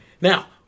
now